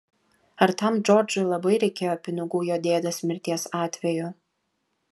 ar tam džordžui labai reikėjo pinigų jo dėdės mirties atveju